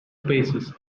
spaces